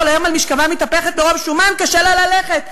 כל היום על משכבה מתהפכת, מרוב שומן קשה לה ללכת.